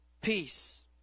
Peace